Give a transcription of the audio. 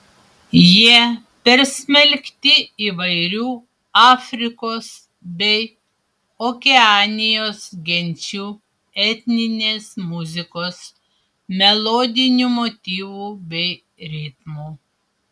jie persmelkti įvairių afrikos bei okeanijos genčių etninės muzikos melodinių motyvų bei ritmų